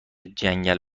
جنگل